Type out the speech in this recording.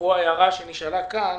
אפרופו ההערה שנשאלה כאן,